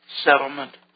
Settlement